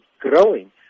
growing